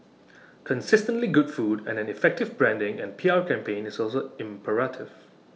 consistently good food and an effective branding and P R campaign is also imperative